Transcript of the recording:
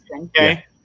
Okay